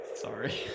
sorry